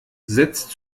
setzt